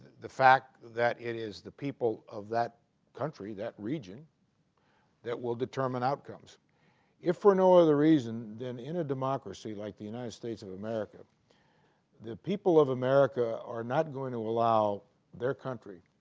the fact that it is the people of that country that region that will determine outcomes if for no other reason than in a democracy like the united states of america the people of america are not going to allow their country